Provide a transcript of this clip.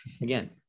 again